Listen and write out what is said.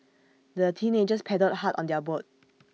the teenagers paddled hard on their boat